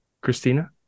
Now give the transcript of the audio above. Christina